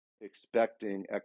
expecting